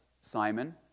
Simon